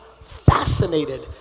fascinated